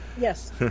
Yes